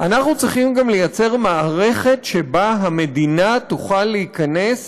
אנחנו צריכים גם ליצור מערכת שבה המדינה תוכל להיכנס